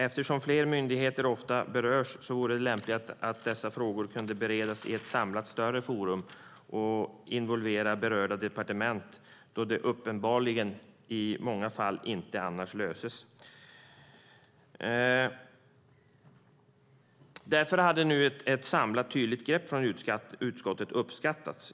Eftersom flera myndigheter ofta berörs vore det lämpligt om dessa frågor kunde beredas i ett samlat större forum och involvera berörda departement, då det uppenbarligen i många fall inte annars löses. Därför hade nu ett samlat tydligt grepp från utskottet uppskattats.